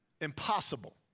impossible